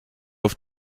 auf